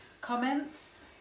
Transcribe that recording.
comments